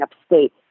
upstate